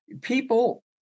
People